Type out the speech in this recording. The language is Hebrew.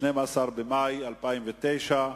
12 במאי 2009,